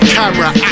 Camera